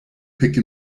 pick